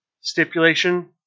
stipulation